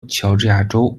乔治亚州